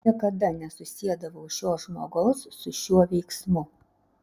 niekada nesusiedavau šio žmogaus su šiuo veiksmu